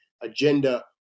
agenda